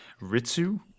Ritsu